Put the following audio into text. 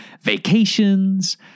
vacations